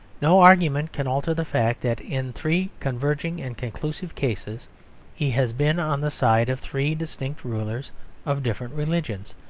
no argument can alter the fact that in three converging and conclusive cases he has been on the side of three distinct rulers of different religions,